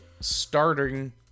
starting